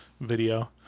video